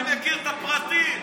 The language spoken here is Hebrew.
אני מכיר את הפרטים.